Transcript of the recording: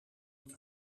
het